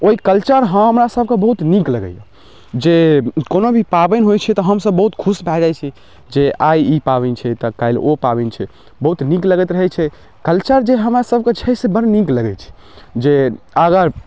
ओइ कल्चर हँ हमरा सबके बहुत नीक लगैया जे कोनो भी पाबनि होइ छै तऽ हमसब बहुत खुश भए जाइ छी जे आइ ई पाबनि छै तऽ काल्हि ओ पाबनि छै बहुत नीक लगैत रहै छै कल्चर जे हमरा सबके छै से बड़ नीक लगै छै जे अगर